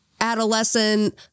adolescent